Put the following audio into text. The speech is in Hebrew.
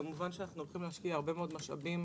אנחנו כמובן הולכים להשקיע הרבה מאוד משאבים